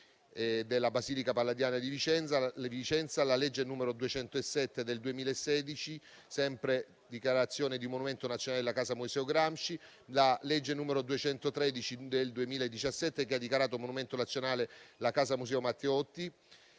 sulla Basilica Palladiana di Vicenza; la legge n. 207 del 2016, sempre dichiarazione di monumento nazionale della Casa Museo Gramsci; la legge n. 213 del 2017, che ha dichiarato monumento nazionale la Casa Museo Matteotti,